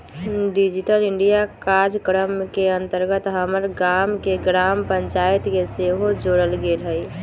digital India काजक्रम के अंतर्गत हमर गाम के ग्राम पञ्चाइत के सेहो जोड़ल गेल हइ